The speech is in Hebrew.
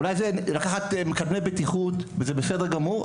אולי יש החלטה לקחת מקדמי בטיחות וזה בסדר גמור,